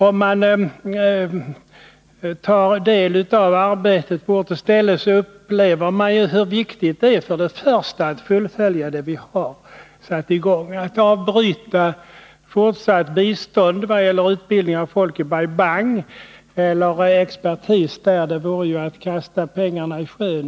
Tar man på ort och ställe del av arbetet, upplever man hur viktigt det är att vi för det första fullföljer de projekt som vi har satt i gång. Att nu avbryta biståndet till utbildning av personal och expertis i Bai Bang vore att kasta investerade pengar i sjön.